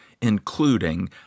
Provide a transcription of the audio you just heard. including